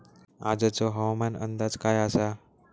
आजचो हवामान अंदाज काय आसा?